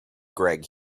greg